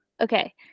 Okay